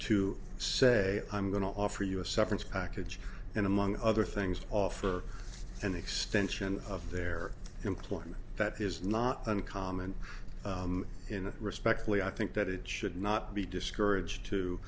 to say i'm going to offer you a severance package and among other things to offer an extension of their employment that is not uncommon in respectfully i think that it should not be discouraged to